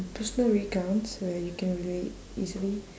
personal recounts where you can relate easily